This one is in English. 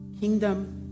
Kingdom